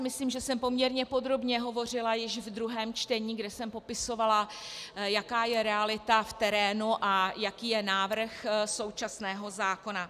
Myslím, že jsem poměrně podrobně hovořila již ve druhém čtení, kdy jsem popisovala, jaká je realita v terénu a jaký je návrh současného zákona.